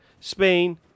Spain